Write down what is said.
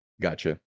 Gotcha